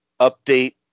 update